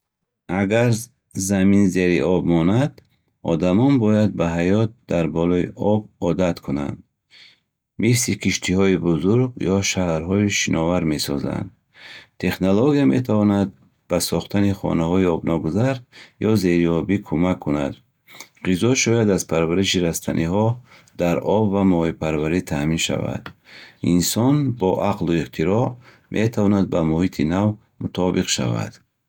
Агар замин зери об монад, одамон бояд ба ҳаёт дар болои об одат кунанд. Мисли киштиҳои бузург ё шаҳрҳои шиновар месозанд. Технология метавонад ба сохтани хонаҳои обногузар ё зериобӣ кӯмак кунад. Ғизо шояд аз парвариши растаниҳо дар об ва моҳипарварӣ таъмин шавад. Инсон бо ақлу ихтироъ метавонад ба муҳити нав мутобиқ шавад.